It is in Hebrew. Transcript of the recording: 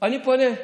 אני פונה,